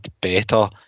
better